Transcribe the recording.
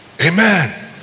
Amen